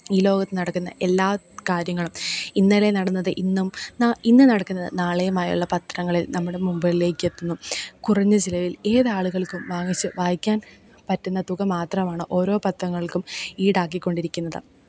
ഈ ലോകത്ത് നടക്കുന്ന എല്ലാ കാര്യങ്ങളും ഇന്നലെ നടന്നത് ഇന്നും ഇന്ന് നടക്കുന്നത് നാളെയുമായുള്ള പത്രങ്ങളില് നമ്മുടെ മുൻപിലെക്കെത്തുന്നു കുറഞ്ഞ ചിലവില് ഏതാളുകള്ക്കും വാങ്ങിച്ച് വായിക്കാന് പറ്റുന്ന തുക മാത്രമാണ് ഓരോ പത്രങ്ങള്ക്കും ഈടാക്കി കൊണ്ടിരിക്കുന്നത്